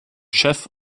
chef